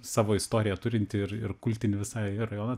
savo istoriją turintį ir ir kultinį visai rajoną